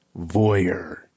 Voyeur